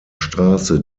straße